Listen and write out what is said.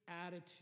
attitude